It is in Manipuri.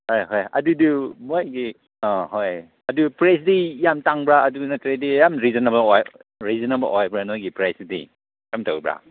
ꯍꯣꯏ ꯍꯣꯏ ꯑꯗꯨꯗꯤ ꯃꯣꯏꯒꯤ ꯑ ꯍꯣꯏ ꯑꯗꯨ ꯄ꯭ꯔꯥꯏꯖꯇꯤ ꯌꯥꯝ ꯇꯥꯡꯕ꯭ꯔꯥ ꯑꯗꯨ ꯅꯠꯇ꯭ꯔꯗꯤ ꯌꯥꯝ ꯔꯤꯖꯅꯦꯕꯜ ꯔꯤꯖꯅꯦꯕꯜ ꯑꯣꯏꯕ꯭ꯔꯥ ꯅꯣꯏꯒꯤ ꯄ꯭ꯔꯥꯏꯖꯇꯨꯗꯤ ꯀꯔꯝ ꯇꯧꯕ꯭ꯔꯥ